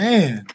Man